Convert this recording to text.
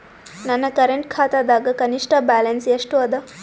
ನನ್ನ ಕರೆಂಟ್ ಖಾತಾದಾಗ ಕನಿಷ್ಠ ಬ್ಯಾಲೆನ್ಸ್ ಎಷ್ಟು ಅದ